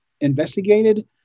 investigated